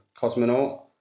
Cosmonaut